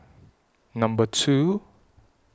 Number two